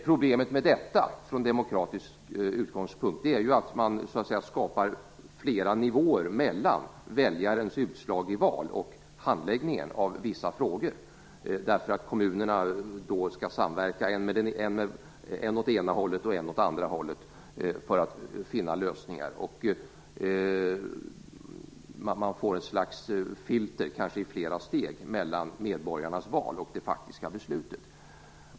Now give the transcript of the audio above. Problemet med detta från demokratisk utgångspunkt är att man skapar flera nivåer mellan väljarens utslag i val och handläggningen av vissa frågor. Kommunerna skall samverka än åt det ena hållet och än åt det andra hållet för att finna lösningar. Man får ett slags filter i flera steg mellan medborgarnas val och det faktiska beslutet.